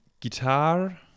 guitar